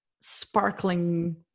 sparkling